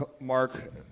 Mark